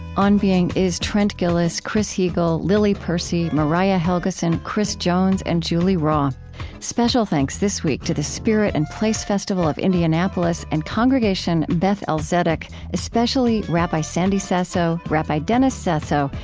on being is trent gilliss, chris heagle, lily percy, mariah helgeson, chris jones, and julie rawe special thanks this week to the spirit and place festival of indianapolis and congregation beth-el zedeck, especially rabbi sandy sasso, rabbi dennis sasso,